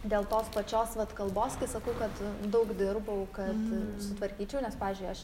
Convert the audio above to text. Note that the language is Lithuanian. dėl tos pačios vat kalbos kai sakau kad daug dirbau kad sutvarkyčiau nes pavyzdžiui aš